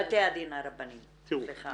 בתי הדין הרבניים, סליחה.